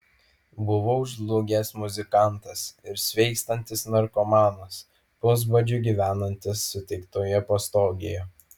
buvau žlugęs muzikantas ir sveikstantis narkomanas pusbadžiu gyvenantis suteiktoje pastogėje